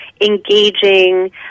engaging